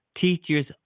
teachers